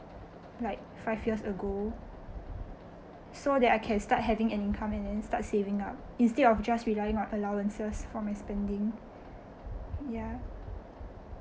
like five years ago so that I can start having an income and then start saving up instead of just relying on allowances for my spending ya